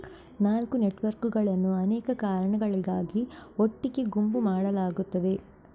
ನಾಲ್ಕು ನೆಟ್ವರ್ಕುಗಳನ್ನು ಅನೇಕ ಕಾರಣಗಳಿಗಾಗಿ ಒಟ್ಟಿಗೆ ಗುಂಪು ಮಾಡಲಾಗುತ್ತದೆ